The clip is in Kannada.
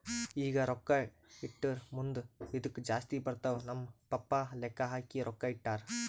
ಈಗ ರೊಕ್ಕಾ ಇಟ್ಟುರ್ ಮುಂದ್ ಇದ್ದುಕ್ ಜಾಸ್ತಿ ಬರ್ತಾವ್ ನಮ್ ಪಪ್ಪಾ ಲೆಕ್ಕಾ ಹಾಕಿ ರೊಕ್ಕಾ ಇಟ್ಟಾರ್